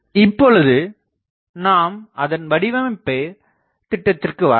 இப்பொழுது நாம் அதன் வடிவமைப்புத் திட்டத்திற்கு வரலாம்